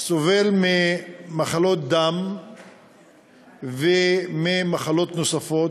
סובל ממחלות דם וממחלות נוספות,